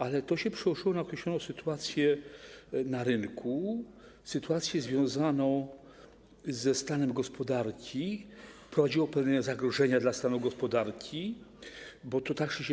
Ale to się przełożyło na określoną sytuację na rynku, sytuację związaną ze stanem gospodarki, wprowadziło pewne zagrożenia dla stanu gospodarki, wiąże się to także